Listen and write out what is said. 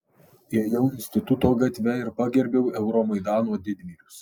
ėjau instituto gatve ir pagerbiau euromaidano didvyrius